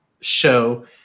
show